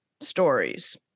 stories